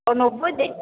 ও নব্বুই দিন